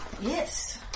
Yes